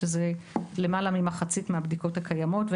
שאלה למעלה ממחצית מהבדיקות הקיימות,